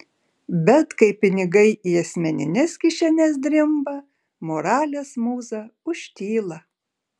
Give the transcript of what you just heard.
bet kai pinigai į asmenines kišenes drimba moralės mūza užtyla